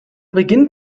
beginnt